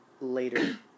later